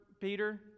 Peter